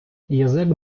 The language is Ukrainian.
язик